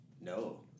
No